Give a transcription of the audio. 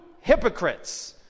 hypocrites